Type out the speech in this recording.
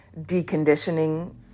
deconditioning